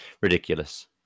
ridiculous